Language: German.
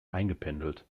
eingependelt